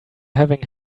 having